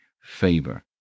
favor